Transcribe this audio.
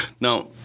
Now